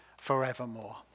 forevermore